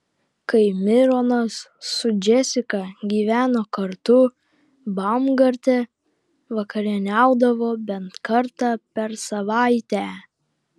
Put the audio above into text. kai mironas su džesika gyveno kartu baumgarte vakarieniaudavo bent kartą per savaitę